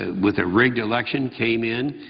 ah with a rigged election came in.